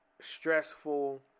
stressful